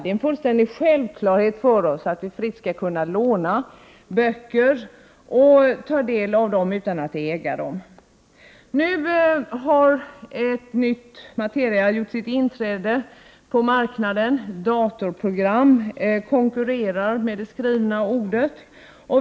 Det är en fullständig självklarhet för oss att vi fritt skall kunna låna böcker och ta del av dem utan att äga dem. Nu har en ny materia gjort sitt inträde på marknaden. Datorprogram konkurrerar med det skrivna ordet.